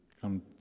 come